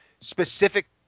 specific